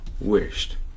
wished